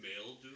male